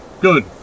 Good